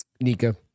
Nico